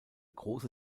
große